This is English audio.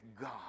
God